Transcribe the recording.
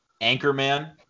Anchorman